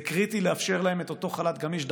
זה קריטי לאפשר להם את אותו חל"ת גמיש.